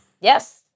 Yes